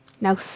Now